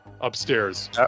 upstairs